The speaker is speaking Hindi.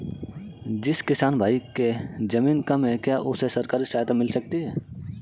जिस किसान भाई के ज़मीन कम है क्या उसे सरकारी सहायता मिल सकती है?